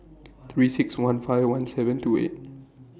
three six one five one seven two eight